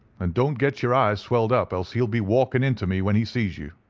and don't get your eyes swelled up, else he'll be walking into me when he sees you.